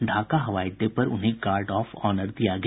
ढाका हवाई अडडे पर उन्हें गार्ड ऑफ ऑनर दिया गया